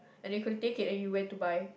and you could take it and you went to buy